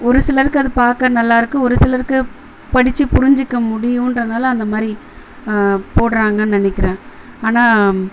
ஒரு சிலருக்கு அது பார்க்க நல்லாயிருக்கு ஒரு சிலருக்கு படிச்சி புரிஞ்சிக்க முடியுன்றதனால அந்தமாதிரி போடுறாங்கன்னு நினைக்குறேன் ஆனால்